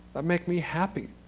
that make me happy.